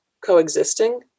coexisting